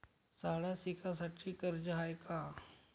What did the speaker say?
शाळा शिकासाठी कर्ज हाय का?